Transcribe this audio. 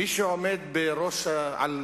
מי שעומד בראש, יושב על